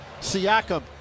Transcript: Siakam